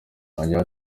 yongeyeho